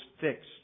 fixed